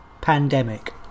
pandemic